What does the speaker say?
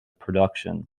production